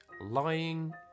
lying